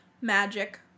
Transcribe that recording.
magic